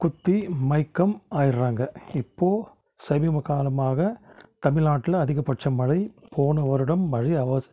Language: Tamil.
குத்தி மயக்கம் ஆயிடுறாங்க இப்போ சமீப காலமாக தமிழ்நாட்டில அதிகபட்சம் மழை போன வருடம் மழை அவசி